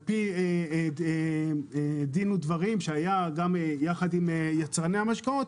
לפי דין ודברים שהיה יחד עם יצרני המשקאות